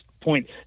point